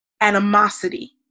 animosity